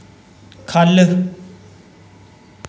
ख'ल्ल